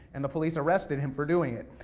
and the police arrested him for doing it.